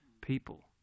people